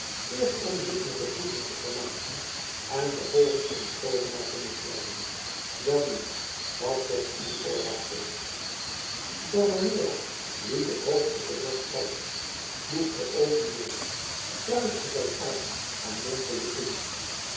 eerst om zich met de friezen te vermaken en vervolgens om den toovenaar te misleiden welnu wat zegt uw orakel barbanera liet het hoofd op de borst vallen sloeg de oogen neder kruiste zijn armen en mompelde toen